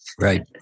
Right